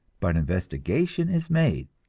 but investigation is made,